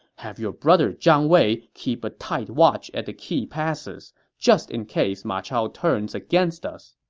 have your brother zhang wei keep a tight watch at the key passes, just in case ma chao turns against us.